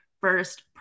first